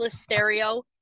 stereo